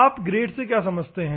आप ग्रेड से क्या समझते हैं